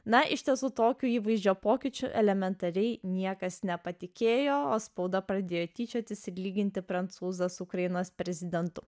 na iš tiesų tokių įvaizdžio pokyčių elementariai niekas nepatikėjo o spauda pradėjo tyčiotis ir lyginti prancūzas ukrainos prezidentu